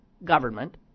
Government